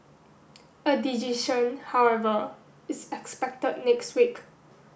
a decision however is expected next week